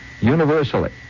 universally